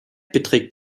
beträgt